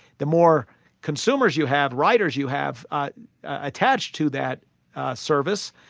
the more consumers you have, riders you have ah attached to that service,